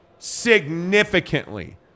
significantly